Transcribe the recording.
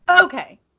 Okay